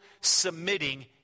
submitting